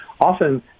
Often